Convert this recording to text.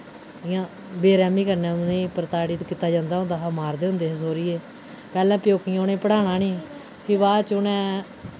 इ'यां बे रैह्मी कन्नै उ'नें ई प्रताड़ित कीता जंदा होंदा हा मारदे होंदे हे सौरिये पैह्लें प्योकियैं उ'नें पढ़ाना निं फ्ही बाद च उ'नें